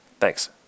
Thanks